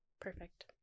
Perfect